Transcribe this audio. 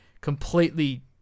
completely